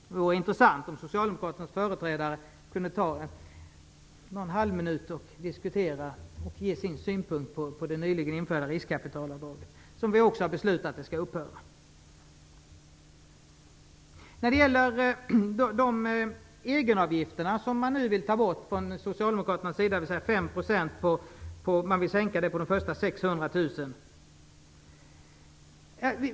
Det vore intressant om Socialdemokraternas företrädare under en halv minut kunde ge sina synpunkter på det nyligen införda riskkapitalavdraget, som vi har beslutat skall upphöra. Socialdemokraterna vill nu sänka egenavgifterna på de första 600 000 med 5 %.